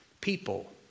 people